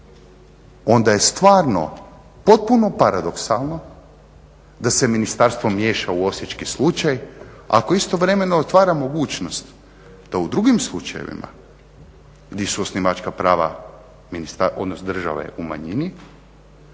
onda je stvarno potpuno paradoksalno da se ministarstvo miješa u osječki slučaj, ako istovremeno otvara mogućnost da u drugim slučajevima di su osnivačka prava odnosno države u manjini